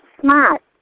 smart